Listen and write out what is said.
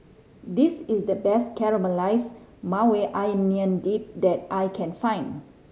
this is the best Caramelized Maui Onion Dip that I can find